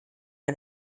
and